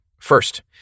First